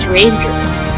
Rangers